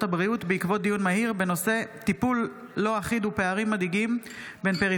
הבריאות בעקבות דיון מהיר בהצעתם של חברי